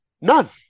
None